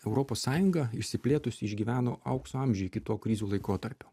europos sąjunga išsiplėtusi išgyveno aukso amžių iki to krizių laikotarpio